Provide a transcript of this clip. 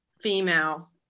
female